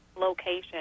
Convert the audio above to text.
location